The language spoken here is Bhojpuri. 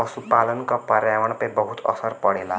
पसुपालन क पर्यावरण पे बहुत असर पड़ेला